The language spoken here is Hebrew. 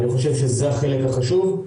אני חושב שזה החלק החשוב.